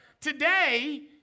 Today